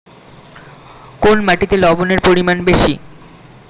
কোন মাটিতে লবণের পরিমাণ বেশি?